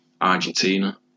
Argentina